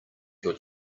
your